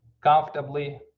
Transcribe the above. comfortably